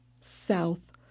south